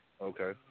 Okay